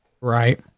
Right